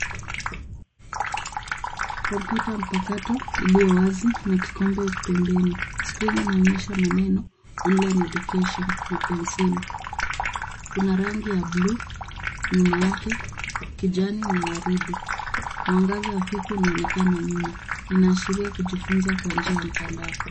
Komputa mpakato iliyo wazi na kikombe pembeni. Skrini inaonyesha maneno online education na penseli. Kuna rangi ya blue nyuma yake, kijani na waridi. Mwangaza hafifu unaonekana nyuma, inaashiria kujifunza kwa njia ya mtandao.